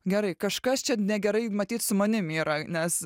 gerai kažkas čia negerai matyt su manim yra nes